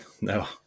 No